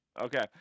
Okay